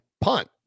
punt